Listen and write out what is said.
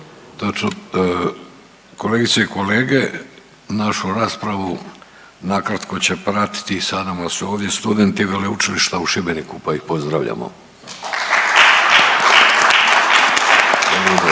Točno. Kolegice i kolege, našu raspravu nakratko će pratiti, sa nama su ovdje studenti Veleučilišta u Šibeniku, pa ih pozdravljamo…/Pljesak/….